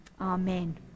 amen